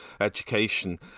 education